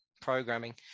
programming